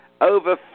over